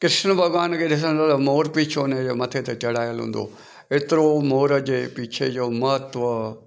कृष्न भॻिवान खे ॾिसंदा मोर पीछो उनजे मथे ते चढ़ायल हूंदो एतिरो मोर जे पीछे जो महत्व आहे